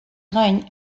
gain